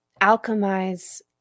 alchemize